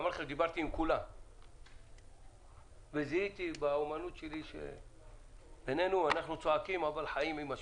דיברתי עם כולם וזיהיתי שאנחנו צועקים אבל חיים עם השינוי.